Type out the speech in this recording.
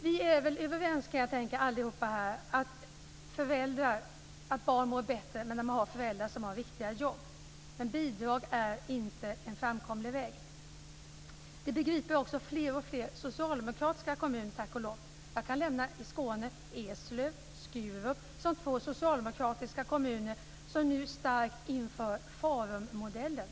Vi är väl alla överens, kan jag tänka, om att barn mår bättre när deras föräldrar har riktiga jobb. Bidrag är inte en framkomlig väg. Det begriper också fler och fler socialdemokratiska kommuner, tack och lov. Jag kan nämna Eslöv och Skurup, som är två socialdemokratiska kommuner i Skåne som nu inför Farummodellen.